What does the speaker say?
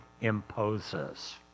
imposes